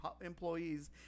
employees